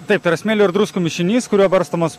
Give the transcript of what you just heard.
taip tai yra smėlio ir druskų mišinys kuriuo barstomos